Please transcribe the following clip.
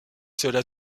cela